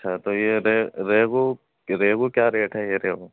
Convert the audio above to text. اچھا تو یہ ریہو ریہو کیا ریٹ ہے یہ ریہو